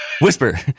Whisper